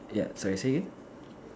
ya sorry say again